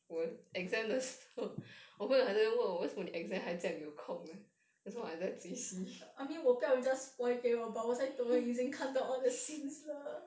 I mean 我不要人家 spoil 给我 but 我已经看到 all the scenes 了